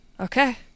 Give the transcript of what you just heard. okay